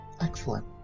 Excellent